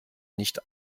nicht